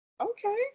Okay